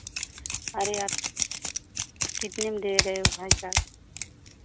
अरे यार कितने में दे रहे हो भाई साहब